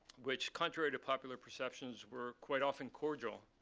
which, contrary to popular perceptions, were quite often cordial.